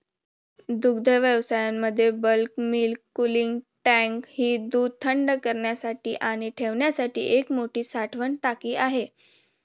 दुग्धव्यवसायामध्ये bulk milk cooling tank ही दूध थंड करण्यासाठी आणि ठेवण्यासाठी एक मोठी साठवण टाकी आहे